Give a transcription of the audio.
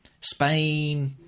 Spain